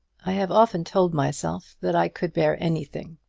i have often told myself that i could bear anything,